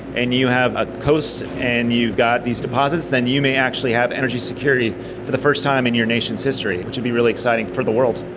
and you have a coast and you've got these deposits, then you may actually have energy security for the first time in your nation's history, which would be really exciting for the world.